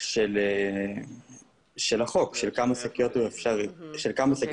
של החוק, בנוגע לשאלה בכמה שקיות אפשר להשתמש.